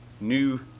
new